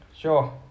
Sure